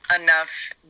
enough